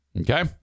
Okay